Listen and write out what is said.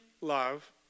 love